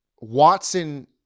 Watson